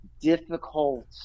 difficult